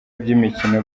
by’imikino